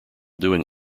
doing